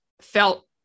felt